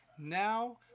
Now